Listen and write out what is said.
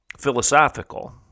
philosophical